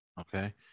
Okay